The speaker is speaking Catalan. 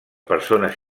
persones